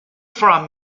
from